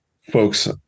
folks